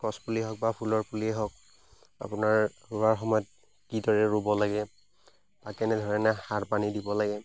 গছ পুলিয়ে হওক বা ফুলৰ পুলিয়ে হওক আপোনাৰ ৰোৱাৰ সময়ত কিদৰে ৰুব লাগে বা কেনে ধৰণে সাৰ পানী দিব লাগে